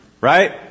Right